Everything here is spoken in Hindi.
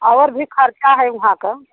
और भी खर्चा है वहाँ का